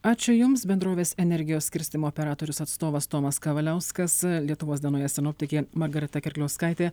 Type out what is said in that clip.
ačiū jums bendrovės energijos skirstymo operatorius atstovas tomas kavaliauskas lietuvos dienoje sinoptikė margarita kirkliauskaitė